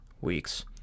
weeks